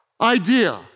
idea